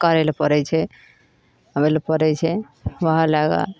करै लए पड़ै छै अबै लए पड़ै छै वहाँ लए गऽ